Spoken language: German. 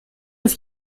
das